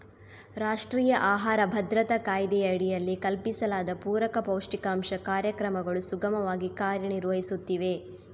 ರಾಷ್ಟ್ರೀಯ ಆಹಾರ ಭದ್ರತಾ ಕಾಯ್ದೆಯಡಿಯಲ್ಲಿ ಕಲ್ಪಿಸಲಾದ ಪೂರಕ ಪೌಷ್ಟಿಕಾಂಶ ಕಾರ್ಯಕ್ರಮಗಳು ಸುಗಮವಾಗಿ ಕಾರ್ಯ ನಿರ್ವಹಿಸುತ್ತಿವೆ